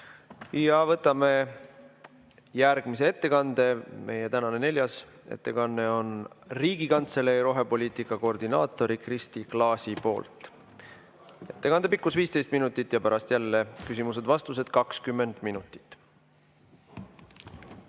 Võtame järgmise ettekande. Meie tänane neljas ettekanne on Riigikantselei rohepoliitika koordinaatorilt Kristi Klaasilt. Ettekande pikkus on 15 minutit ja pärast jälle küsimused-vastused kuni 20 minutit.